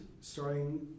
starting